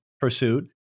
pursuit